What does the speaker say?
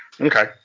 Okay